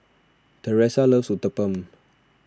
Thresa loves Uthapam